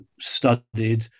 Studied